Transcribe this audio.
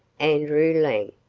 andrew lang,